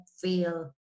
feel